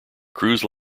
cruise